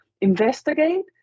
investigate